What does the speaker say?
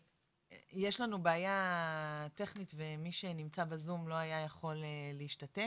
יש לנו בעיה טכנית ומי שנמצא בזום לא היה יכול להשתתף,